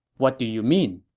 what do you mean?